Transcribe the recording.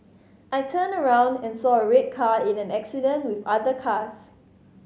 I turned around and saw a red car in an accident with other cars